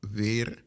weer